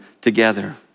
together